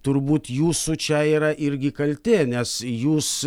turbūt jūsų čia yra irgi kaltė nes jūs